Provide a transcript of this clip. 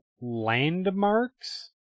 landmarks